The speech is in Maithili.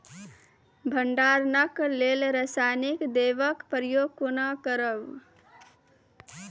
भंडारणक लेल रासायनिक दवेक प्रयोग कुना करव?